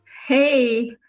hey